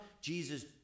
Jesus